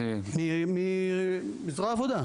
ממשרד העבודה.